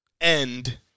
end